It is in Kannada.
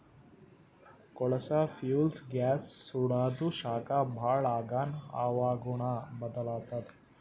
ಕೊಳಸಾ ಫ್ಯೂಲ್ಸ್ ಗ್ಯಾಸ್ ಸುಡಾದು ಶಾಖ ಭಾಳ್ ಆಗಾನ ಹವಾಗುಣ ಬದಲಾತ್ತದ